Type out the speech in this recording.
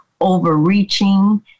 overreaching